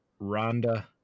Rhonda